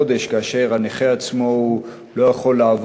כאשר הנכה עצמו לא יכול לעבוד,